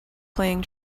playing